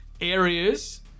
areas